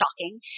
shocking